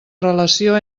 relació